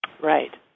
Right